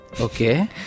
Okay